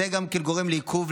זה גם גורם לעיכוב,